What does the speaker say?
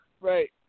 right